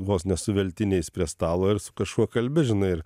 vos ne su veltiniais prie stalo ir su kažkuo kalbi žinai ir